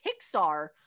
Pixar